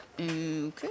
Okay